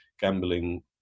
gambling